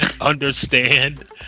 understand